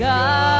God